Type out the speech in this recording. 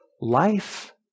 life